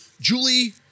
Julie